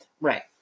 right